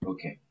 Okay